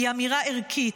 היא אמירה ערכית,